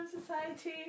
society